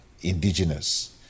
indigenous